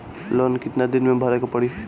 Loan कितना दिन मे भरे के पड़ी?